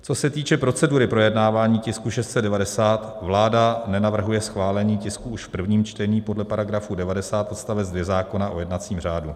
Co se týče procedury projednávání tisku 690, vláda nenavrhuje schválení tisku už v prvním čtení podle § 90 odst. 2 zákona o jednacím řádu.